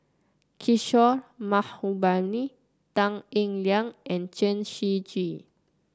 Kishore Mahbubani Tan Eng Liang and Chen Shiji